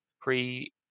pre